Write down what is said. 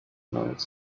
noise